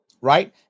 right